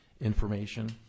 information